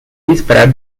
disparar